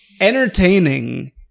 Entertaining